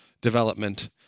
development